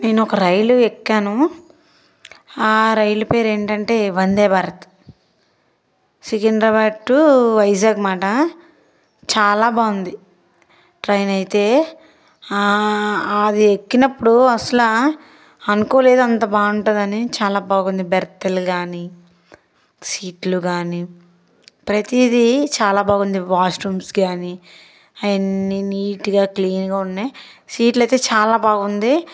నేను ఒక రైలు ఎక్కాను ఆ రైలు పేరు ఏంటంటే వందేభారత్ సికింద్రాబాద్ టూ వైజాగ్ మాటా చాలా బాగుంది ట్రైన్ అయితే అది ఎక్కినప్పుడు అసలు అనుకోలేదు అంత బాగుంటుందని చాలా బాగుంది బెర్తులు కాని సీట్లు కాని ప్రతిదీ చాలా బాగుంది వాష్రూమ్స్ కాని అవన్నీ నీట్గా క్లీన్గా ఉన్నాయి సీట్లు అయితే చాలా బాగుంది